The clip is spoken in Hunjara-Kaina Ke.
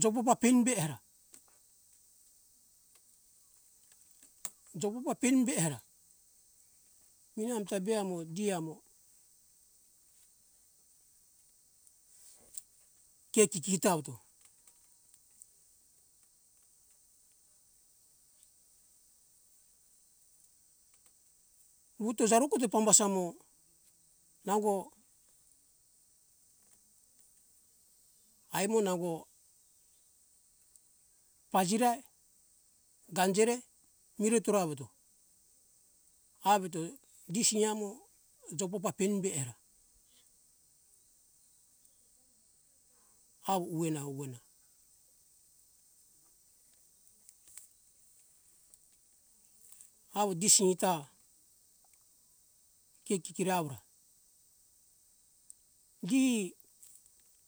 dobuba penimbe era dobuba peimbe era mi amta be amo gi amo ke kiki tawoto wutu sarukutu pambasamo nango ai mo nango pazirai ganjere miretoro awoto aveto gi hi amo jobopa peimbe era awo uwena uwena awo di sinta ke kikiri awora gi